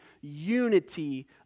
unity